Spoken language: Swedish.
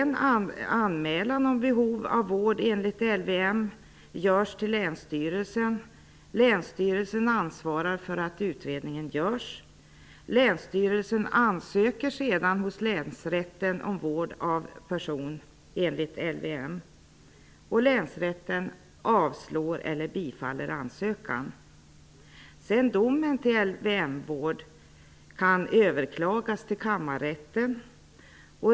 Anmälan om behov av vård enligt LVM görs till länsstyrelsen, som ansvarar för att det görs en utredning. Länsstyrelsen ansöker sedan hos länsrätten om vård av person enligt LVM. LVM-vård kan överklagas till kammarrätten.